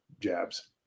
jabs